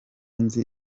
nzi